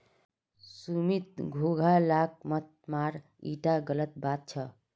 सुमित घोंघा लाक मत मार ईटा गलत बात छ